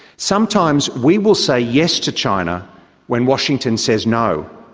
sometimes we will say yes to china when washington says no.